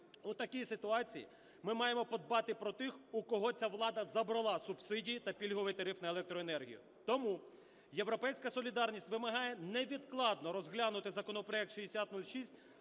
У такій ситуації ми маємо подбати про тих, у кого ця влада забрала субсидії та пільговий тариф на електроенергію. Тому "Європейська солідарність" вимагає невідкладно розглянути законопроект 6006,